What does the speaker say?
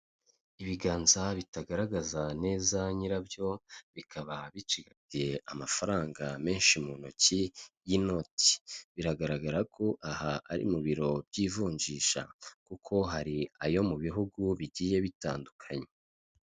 Ibiganza bitagaragaza neza nyirabyo, bikaba bicigatiye amafaranga menshi mu ntoki y'inoti, biragaragara ko aha ari mu biro by'ivunjisha, kuko hari ayo mu bihugu bigiye bitandukanye.